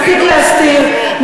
מספיק להסתיר,